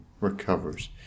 recovers